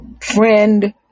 friend